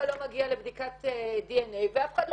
הוא לא מגיע לבדיקת דנ"א ולאף אחד גם